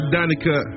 Danica